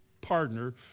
partner